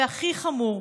והכי חמור,